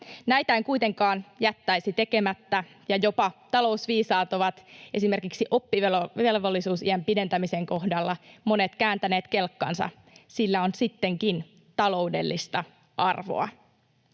Näitä en kuitenkaan jättäisi tekemättä, ja jopa talousviisaista monet ovat esimerkiksi oppivelvollisuusiän pidentämisen kohdalla kääntäneet kelkkansa: sillä on sittenkin taloudellista arvoa.